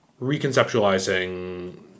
reconceptualizing